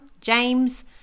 James